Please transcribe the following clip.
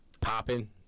popping